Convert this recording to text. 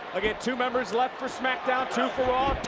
again, two members left for smackdown, two for raw,